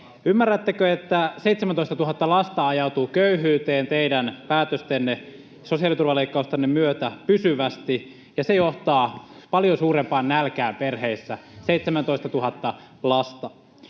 Ymmärrättekö, että 17 000 lasta ajautuu köyhyyteen teidän päätöstenne, sosiaaliturvaleikkaustanne, myötä pysyvästi ja se johtaa paljon suurempaan nälkään perheissä? 17 000 lasta